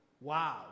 Wow